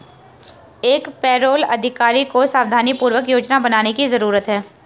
एक पेरोल अधिकारी को सावधानीपूर्वक योजना बनाने की जरूरत है